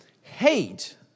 hate